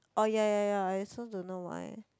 oh ya ya ya I also don't know why eh